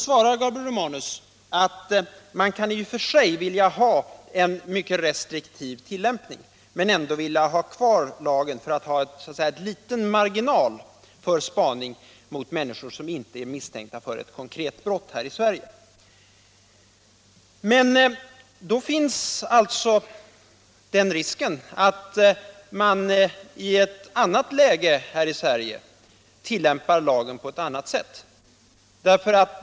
Gabriel Romanus svarar att man i och för sig kan vilja ha en mycket restriktiv tillämpning men ändå vilja behålla lagen för att ha en liten marginal för spaning mot människor, som inte är misstänkta för ett konkret brott här i Sverige. Men då finns den risken att man i ett annat läge här i Sverige använder lagen på ett annat sätt.